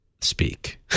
speak